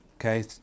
Okay